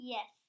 Yes